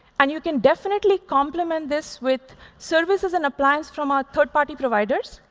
and you can definitely complement this with services and appliance from our third party providers.